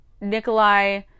Nikolai